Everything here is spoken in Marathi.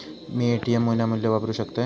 मी ए.टी.एम विनामूल्य वापरू शकतय?